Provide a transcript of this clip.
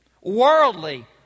worldly